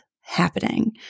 happening